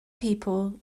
people